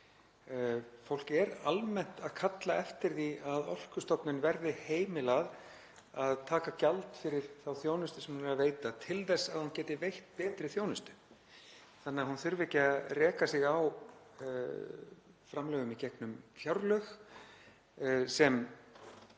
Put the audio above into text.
Fólk er almennt að kalla eftir því að Orkustofnun verði heimilað að taka gjald fyrir þá þjónustu sem hún er að veita til þess að hún geti veitt betri þjónustu, þannig að hún þurfi ekki að reka sig á framlögum í gegnum fjárlög sem